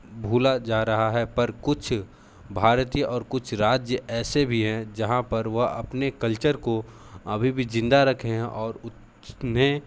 भूला जा रहा है पर कुछ भारतीय और कुछ राज्य ऐसे भी हैं जहाँ पर वह अपने कल्चर को अभी भी ज़िंदा रखे हैं और उन्हें